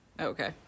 Okay